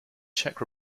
czech